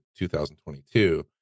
2022